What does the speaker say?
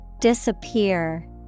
Disappear